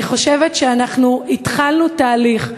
אני חושבת שאנחנו התחלנו תהליך,